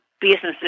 businesses